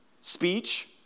Speech